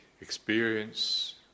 experience